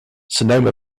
sonoma